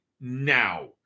now